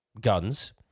guns